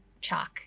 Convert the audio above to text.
chalk